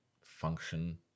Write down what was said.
function